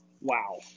Wow